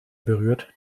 berührt